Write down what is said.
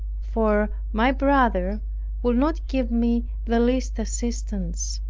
for my brother would not give me the least assistance.